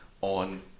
on